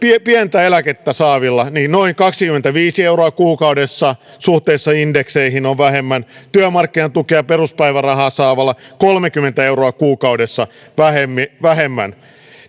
pientä eläkettä saavilla on noin kaksikymmentäviisi euroa vähemmän kuukaudessa suhteessa indekseihin työmarkkinatukea peruspäivärahaa saavalla kolmekymmentä euroa kuukaudessa vähemmän vähemmän